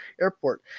airport